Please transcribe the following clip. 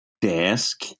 desk